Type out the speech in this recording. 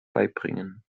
beibringen